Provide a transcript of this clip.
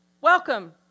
welcome